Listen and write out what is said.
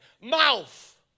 Mouth